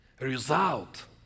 Result